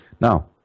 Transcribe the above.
Now